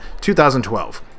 2012